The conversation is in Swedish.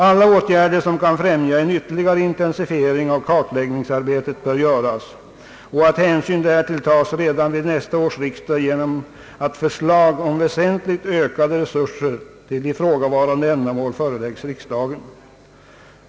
Alla åtgärder som kan främja en ytterligare intensifiering av kartläggningsarbetet bör göras, och hänsyn härtill bör tas redan vid nästa års riksdag genom att förslag om väsentligt ökade resurser till ifrågavarande ändamål föreläggs riksdagen.